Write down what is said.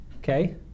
Okay